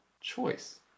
choice